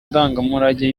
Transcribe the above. ndangamurage